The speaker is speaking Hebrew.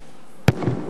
כצל'ה.